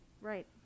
right